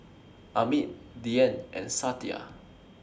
Amit Dhyan and Satya